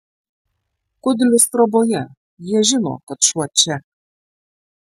kudlius troboje jie žino kad šuo čia